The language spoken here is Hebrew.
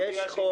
יש חוק